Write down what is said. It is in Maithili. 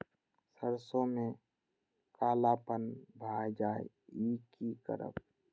सरसों में कालापन भाय जाय इ कि करब?